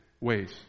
ways